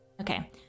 Okay